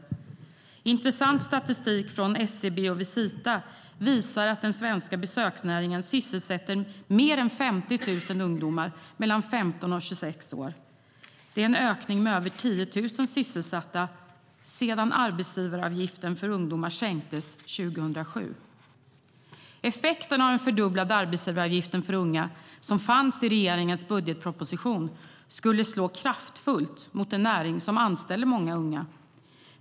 Intressant statistik från SCB och Visita visar att den svenska besöksnäringen sysselsätter mer än 50 000 ungdomar mellan 15 och 26 år. Det är en ökning med över 10 000 sysselsatta sedan arbetsgivaravgiften för ungdomar sänktes år 2007. Effekten av en fördubblad arbetsgivaravgift för unga, som fanns i regeringens budgetproposition, skulle slå kraftfullt mot en näring som anställer många unga.